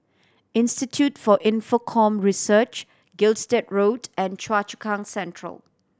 institute for Infocomm Research Gilstead Road and Choa Chu Kang Central